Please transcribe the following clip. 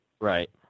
Right